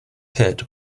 pit